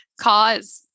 cause